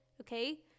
okay